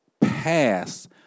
past